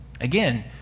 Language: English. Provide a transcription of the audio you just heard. Again